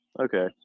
Okay